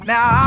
Now